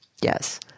Yes